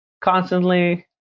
constantly